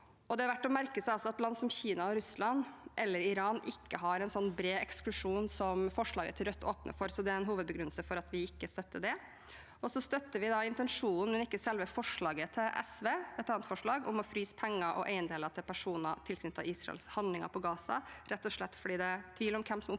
Det er verdt å merke seg at land som Kina og Russland, eller Iran, ikke har en sånn bred eksklusjon som forslaget til Rødt åpner for, så det er en hovedbegrunnelse for at vi ikke støtte det. Vi støtter intensjonen, men ikke selve forslaget fra SV og Rødt om å fryse pengene og eiendelene til personer tilknyttet Israels handlinger på Gaza, rett og slett fordi det er tvil om hvem som omfattes